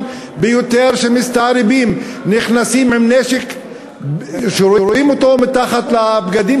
ביותר שמסתערבים נכנסים עם נשק שרואים אותו מתחת לבגדים